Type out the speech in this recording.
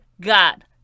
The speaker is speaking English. God